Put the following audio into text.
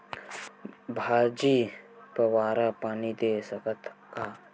भाजी फवारा पानी दे सकथन का?